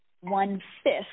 one-fifth